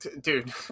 Dude